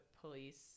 police